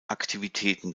aktivitäten